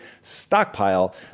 stockpile